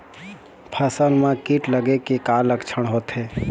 फसल म कीट लगे के का लक्षण होथे?